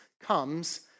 comes